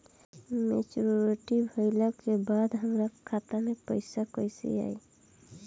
Maturity भईला के बाद पईसा हमरे खाता में कइसे आई?